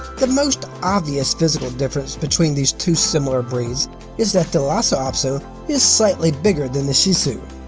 the most obvious physical difference between these two similar breeds is that the lhasa apso is slightly bigger than the shih tzu.